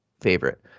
favorite